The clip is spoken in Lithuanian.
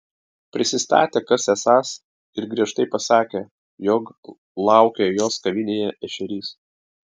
prisistatė kas esąs ir griežtai pasakė jog laukia jos kavinėje ešerys